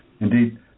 Indeed